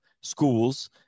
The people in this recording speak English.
schools